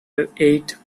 ate